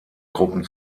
gruppen